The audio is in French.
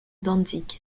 dantzig